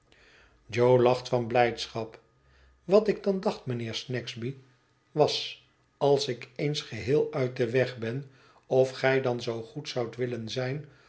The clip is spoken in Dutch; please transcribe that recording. lacht van blijdschap wat ik dan dacht mijnheer snagsby was als ik eens geheel uit den weg ben of gij dan zoo goed zoudt willen zijn